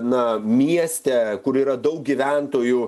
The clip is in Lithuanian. na mieste kur yra daug gyventojų